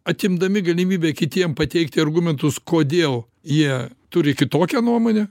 atimdami galimybę kitiem pateikti argumentus kodėl jie turi kitokią nuomonę